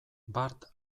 bart